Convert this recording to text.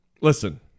Listen